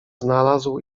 znalazł